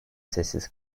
sessiz